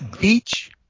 Beach